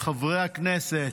אדוני היושב-ראש, חברי הכנסת,